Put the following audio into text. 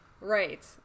Right